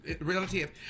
relative